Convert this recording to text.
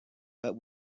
but